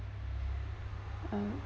uh